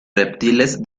reptiles